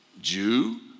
Jew